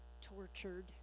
tortured